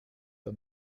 der